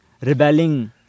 rebelling